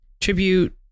tribute